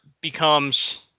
becomes